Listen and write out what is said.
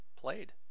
played